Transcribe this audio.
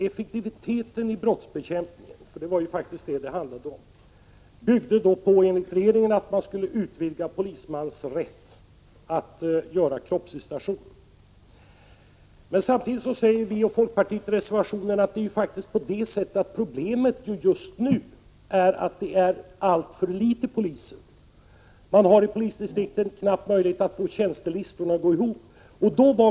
Effektiviteten i brottsbekämpningen — det var faktiskt det som det handlade om — byggde enligt regeringen på att man skulle utvidga polismans rätt att göra kroppsvisitation. Men som vi och folkpartiet säger i reservationen är problemet just nu att det finns alltför få poliser. Man har i polisdistrikten knappt möjlighet att få tjänstgöringslistorna att gå ihop.